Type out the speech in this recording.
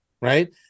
right